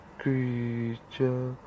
creature